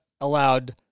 allowed